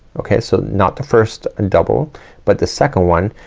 okay, so not the first and double but the second one,